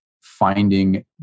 finding